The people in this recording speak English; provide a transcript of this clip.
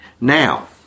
Now